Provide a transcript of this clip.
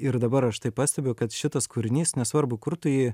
ir dabar aš tai pastebiu kad šitas kūrinys nesvarbu kur tu jį